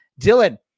Dylan